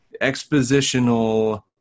expositional